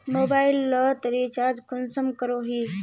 Mobile लोत recharge कुंसम करोही?